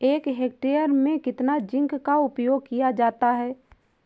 एक हेक्टेयर में कितना जिंक का उपयोग किया जाता है?